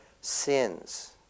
sins